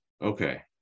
Okay